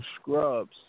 Scrubs